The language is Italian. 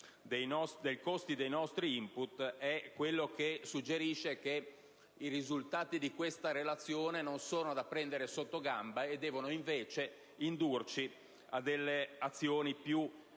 dei nostri *input*, suggerisce che i risultati di questa relazione non sono da prendere sottogamba e devono invece indurci ad azioni più forti